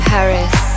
Paris